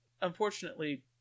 unfortunately